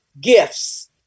gifts